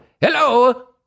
Hello